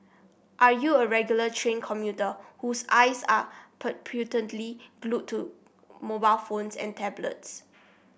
are you a regular train commuter whose eyes are glued to mobile phones and tablets